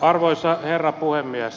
arvoisa herra puhemies